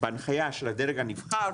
בהנחיה של הדרג הנבחר,